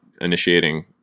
initiating